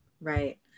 right